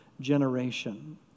generation